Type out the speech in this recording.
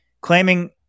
claiming